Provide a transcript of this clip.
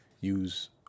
use